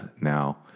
now